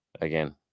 Again